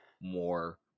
more